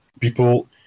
people